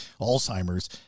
Alzheimer's